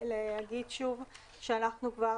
להגיד שוב שאנחנו כבר